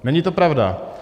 Není to pravda.